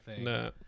No